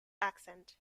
accent